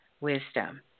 wisdom